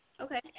Okay